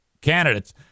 candidates